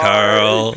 Carl